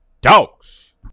dogs